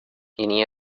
இனிய